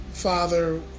Father